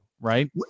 right